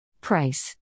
Price